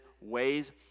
ways